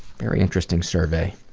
very interesting survey.